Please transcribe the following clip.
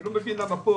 אני לא מבין למה פה,